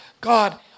God